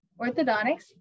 Orthodontics